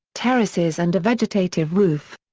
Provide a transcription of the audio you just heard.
terraces and a vegetative roof.